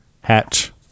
Hatch